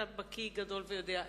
כי אתה בקי גדול ויודע,